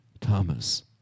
Thomas